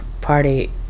party